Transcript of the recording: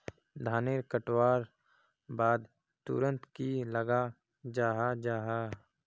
धानेर कटवार बाद तुरंत की लगा जाहा जाहा?